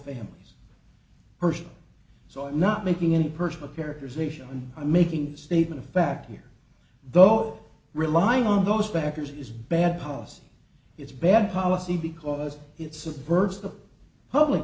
families personally so i'm not making any personal characterization i'm making a statement of fact here though relying on those factors is bad policy it's bad policy because it's subverts the public